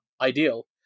ideal